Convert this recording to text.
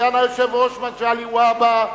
סגן היושב-ראש מגלי והבה,